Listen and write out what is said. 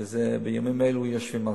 שבימים אלו יושבים עליו,